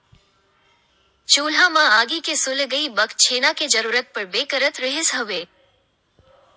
चूल्हा म आगी के सुलगई बखत छेना के जरुरत पड़बे करत रिहिस हवय